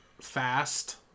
fast